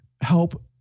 help